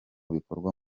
bikorwa